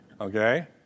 Okay